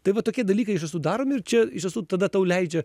tai va tokie dalykai iš tiesų daromi ir čia iš tiesų tada tau leidžia